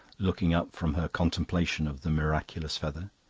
looking up from her contemplation of the miraculous feather.